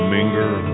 Minger